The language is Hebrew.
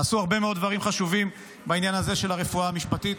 נעשו הרבה מאוד דברים חשובים בעניין הזה של הרפואה המשפטית,